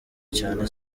cyane